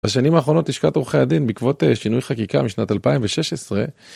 בשנים האחרונות לשכת עורכי הדין בעקבות שינוי חקיקה משנת 2016.